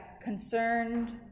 concerned